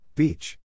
Beach